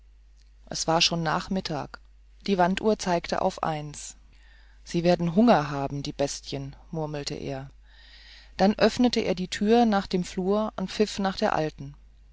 es war schon nachmittag die wanduhr zeigte auf eins sie werden hunger haben die bestien murmelte er dann öffnete er die tür nach dem flur und pfiff nach der alten